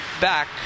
back